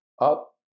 up